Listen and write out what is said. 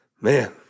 Man